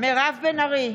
מירב בן ארי,